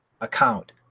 account